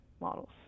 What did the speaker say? models